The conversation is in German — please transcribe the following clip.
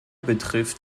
betrifft